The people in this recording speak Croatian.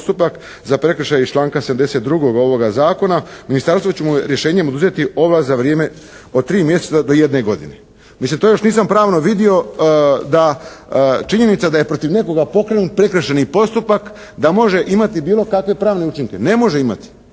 za prekršaje iz članka 72. ovoga Zakona ministarstvo će mu rješenjem oduzeti ovlast za vrijeme od 3 mjeseca do jedne godine. Mislim to još nisam pravno vidio da, činjenica da je protiv nekoga pokrenut prekršajni postupak da može imati bilo kakve pravne učinke. Ne može imati.